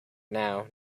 now